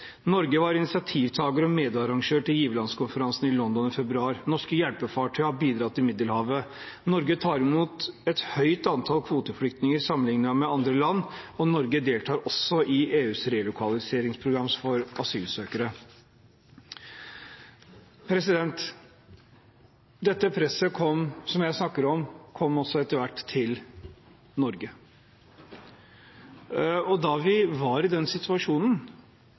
Norge var initiativtaker og medarrangør av giverlandskonferansen i London i februar, norske hjelpefartøy har bidradd i Middelhavet, Norge tar i mot et høyt antall kvoteflyktninger sammenlignet med andre land, og Norge deltar også i EUs relokaliseringsprogram for asylsøkere. Dette presset som jeg snakker om, kom etter hvert også til Norge. Da vi var i den situasjonen